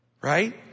right